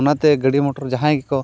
ᱚᱱᱟᱛᱮ ᱜᱟᱹᱰᱤ ᱢᱚᱴᱚᱨ ᱡᱟᱦᱟᱸᱭ ᱜᱮᱠᱚ